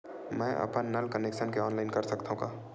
मैं अपन नल कनेक्शन के ऑनलाइन कर सकथव का?